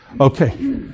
Okay